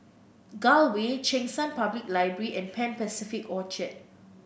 Gul Way Cheng San Public Library and Pan Pacific Orchard